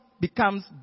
becomes